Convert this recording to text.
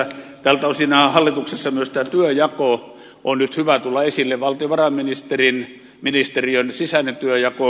tältä osinhan hallituksessa myös työnjaon on nyt hyvä tulla esille valtiovarainministeriön sisäisen työnjaon